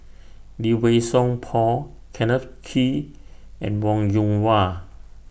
Lee Wei Song Paul Kenneth Kee and Wong Yoon Wah